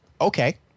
Okay